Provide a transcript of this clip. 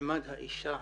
מעמד האישה